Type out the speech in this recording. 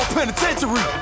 Penitentiary